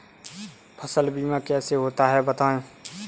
फसल बीमा कैसे होता है बताएँ?